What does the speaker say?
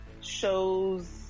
shows